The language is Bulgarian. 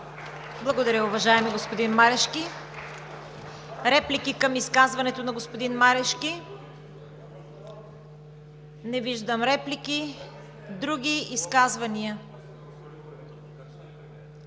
Благодаря, уважаеми господин Марешки. Реплики към изказването на господин Марешки? Не виждам, реплики. Други изказвания?